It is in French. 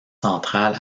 centrale